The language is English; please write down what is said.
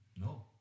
no